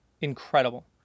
incredible